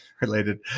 related